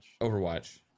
Overwatch